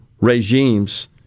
regimes